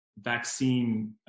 vaccine